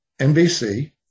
NBC